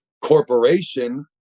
corporation